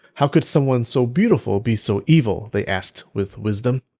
how could someone so beautiful be so evil, they asked with wisdom.